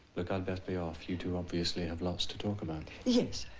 look i'd best be off. you two obviously have lots to talk about. yes